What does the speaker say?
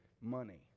money